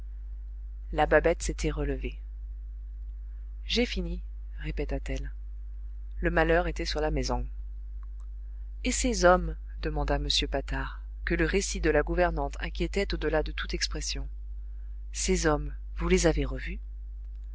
la babette s'était relevée j'ai fini répéta-t-elle le malheur était sur la maison et ces hommes demanda m patard que le récit de la gouvernante inquiétait au-delà de toute expression ces hommes vous les avez revus